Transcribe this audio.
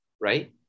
right